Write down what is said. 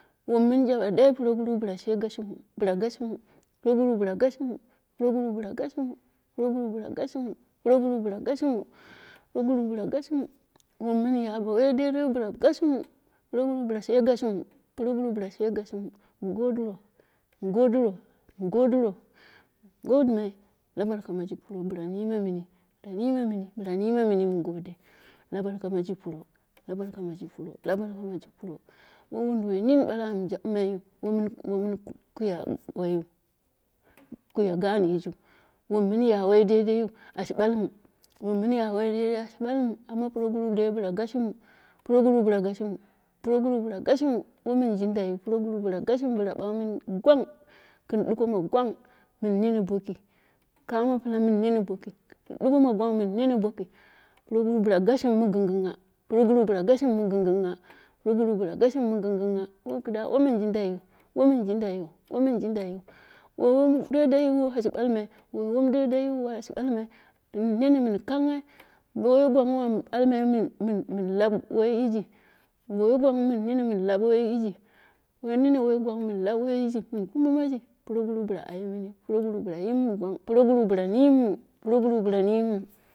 Wom mi juba dai proguru bɨla she gashi mu, bɨla gashimu, proguru bila gashime proguru bila gashimu, proguru bila gashimu proguru bila gashimu, bila gashi mu wom mun ya bo wai dai dai wu bila gashimu, proguru bila she gashimu, mu godiro, mu godiro, mu godiro, dai mee lu burka miji pro, bila nime muni, bila nime muni mu gode la barka ma ji pro, la barka maji pro woi wunduwai ni mu bala am jabmai womiu, womiu kara waiwu kula gaunjiu, wan ninya wai daidai wu ashi balmu, wom mun ya wai daidai wu ashi balmu. Amma proguru dai bila gashimu, proguru bila gashimu, pro guru bila gashimu, wai min jindai wu proguru bila gashimu, wai min jindai wu proguru bila gashimu bila baghmeni gwang gin duko mu gwang mun nini boki, ko kami pila mun nene boki proguru bila gashimu mi gingɨngha proguru bila gashimu mi gingɨngha wai kida wai miu jindai wu, wai ani jindai wu, wai min jindaiwu, bo wai wum daidai wu shiji bulmai, bo wai wan daidai wu ashi balmai gin bomiu kanghai, wuu balmai mun lab wa yiji, bo wai bammu wun balmai mun labn wai yiji, kun kummai, ku lammai yiji, mun kummaji, proguru bila aye mini, bila yimu mi gwang proguru bila neni mu proguru bila nimmu.